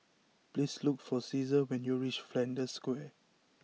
please look for Ceasar when you reach Flanders Square